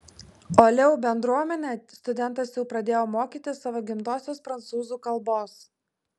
o leu bendruomenę studentas jau pradėjo mokyti savo gimtosios prancūzų kalbos